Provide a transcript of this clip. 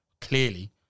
clearly